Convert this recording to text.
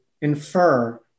infer